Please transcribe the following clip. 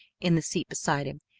in the seat beside him,